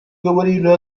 говорили